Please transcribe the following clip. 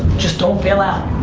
just don't fail out.